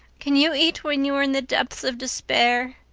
can you eat when you are in the depths of despair?